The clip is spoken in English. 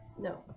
No